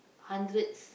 hundreds